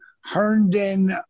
Herndon